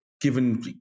given